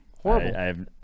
horrible